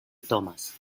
thomas